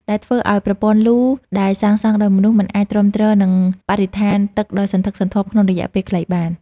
ដែលធ្វើឱ្យប្រព័ន្ធលូដែលសាងសង់ដោយមនុស្សមិនអាចទ្រាំទ្រនឹងបរិមាណទឹកដ៏សន្ធឹកសន្ធាប់ក្នុងរយៈពេលខ្លីបាន។